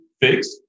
fix